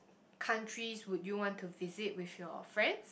countries would you want to visit with your friends